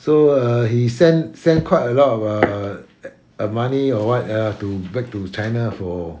so err he sent sent quite a lot of err money or what ya to back to china for